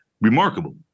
remarkable